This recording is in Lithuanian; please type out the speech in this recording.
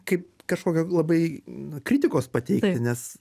kaip kažkokią labai nu kritikos pateikti nes